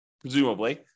presumably